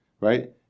right